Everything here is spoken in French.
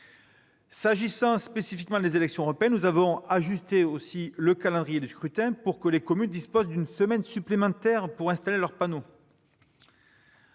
S'agissant spécifiquement des élections européennes, nous avons ajusté le calendrier du scrutin pour que les communes disposent d'une semaine supplémentaire pour installer leurs panneaux.